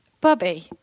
Bobby